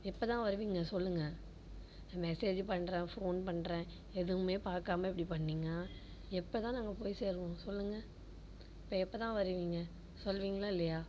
எப்போதான் வருவீங்க சொல்லுங்க மெசேஜ் பண்ணுறேன் ஃபோன் பண்ணுறேன் எதுவுமே பார்க்காம இப்படி பண்ணிணீங்ன்னா எப்போ தான் நாங்கள் போய் சேர்வோம் சொல்லுங்க இப்போ எப்போ தான் வருவீங்க சொல்லுவீங்ளா இல்லையா